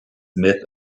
myth